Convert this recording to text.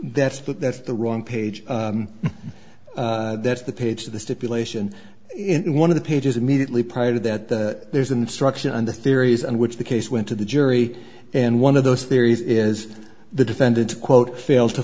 that's but that's the wrong page that's the page of the stipulation in one of the pages immediately prior to that there's an instruction under theories and which the case went to the jury in one of those theories is the defendant quote fails to